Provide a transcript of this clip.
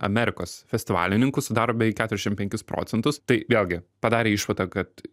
amerikos festivalininkų sudaro beveik keturiasdešim penkis procentus tai vėlgi padarė išvadą kad